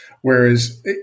Whereas